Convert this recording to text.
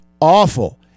awful